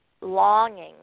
longing